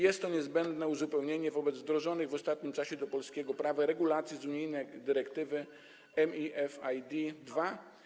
Jest to niezbędne uzupełnienie wdrożonych w ostatnim czasie do polskiego prawa regulacji z unijnej dyrektywy MiFID II.